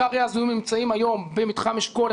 עיקרי הזיהומים נמצאים היום במתחם אשכול,